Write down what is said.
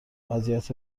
وضعیت